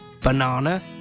banana